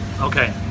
Okay